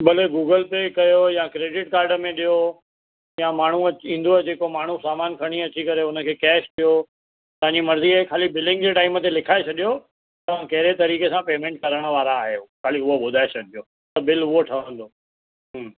भले Google Pay कयो या क्रेडिट कार्ड में ॾियो या माण्हूं इंदव जेको माण्हूं सामानि खणी अचि करे हुनखे कैश ॾियो तव्हांजी मरज़ी आहे खाली बिलिंग जे टाइम ते लिखाए छॾियो तव्हां कहिड़े तरीके सां पेमेंट करण वारा आहियो खाली ऊहो ॿुधाइ छॾिजो त बिल ऊहो ठहंदो